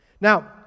Now